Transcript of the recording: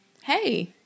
hey